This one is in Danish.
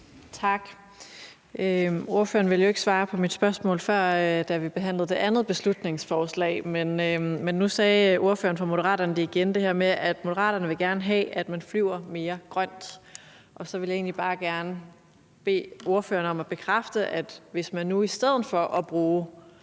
Tak. Ordføreren ville jo ikke svare på mit spørgsmål før, da vi behandlede det andet beslutningsforslag, men nu sagde ordføreren fra Moderaterne igen det her med, at Moderaterne gerne vil have, at man flyver mere grønt. Så vil jeg egentlig bare gerne bede ordføreren om at bekræfte, at hvis man nu i stedet for at bruge